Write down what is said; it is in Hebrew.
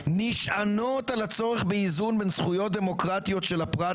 נשענות על הצורך באיזון בין זכויות דמוקרטיות של הפרט,